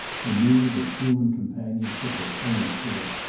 the need of human companionship of any sort.